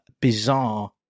bizarre